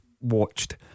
watched